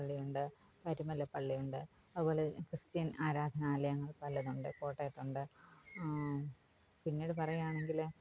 പള്ളിയുണ്ട് പരുമലപ്പള്ളി ഉണ്ട് അതുപോലെ ക്രിസ്റ്റ്യന് ആരാധനാലയങ്ങൾ പലതുണ്ട് കോട്ടയത്തുണ്ട് പിന്നീട് പറയുകയാണെങ്കിൽ